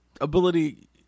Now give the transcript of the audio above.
ability